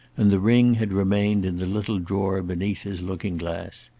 and the ring had remained in the little drawer beneath his looking-glass.